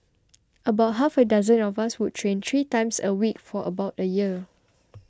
about half a dozen of us would train three times a week for about a year